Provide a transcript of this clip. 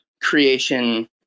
creation